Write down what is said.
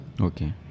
Okay